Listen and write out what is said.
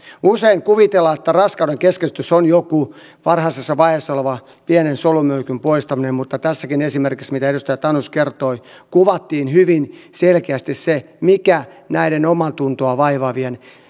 usein kuvitellaan että raskaudenkeskeytys on jonkun varhaisessa vaiheessa olevan pienen solumöykyn poistaminen mutta tässäkin esimerkissä mistä edustaja tanus kertoi kuvattiin hyvin selkeästi se mikä omaatuntoa vaivaava